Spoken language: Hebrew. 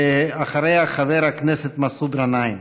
אחריה, חבר הכנסת מסעוד גנאים.